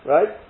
Right